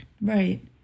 Right